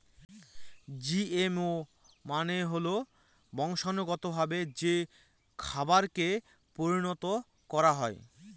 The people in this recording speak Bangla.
জিএমও মানে হল বংশানুগতভাবে যে খাবারকে পরিণত করা হয়